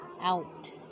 out